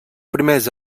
primers